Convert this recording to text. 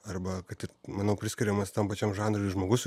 arba kad ir manau priskiriamas tam pačiam žanrui žmogus